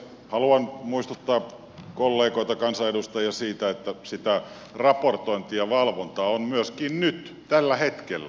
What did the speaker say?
haluan muistuttaa kollegoita kansanedustajia siitä että sitä raportointia ja valvontaa on myöskin nyt tällä hetkellä olemassa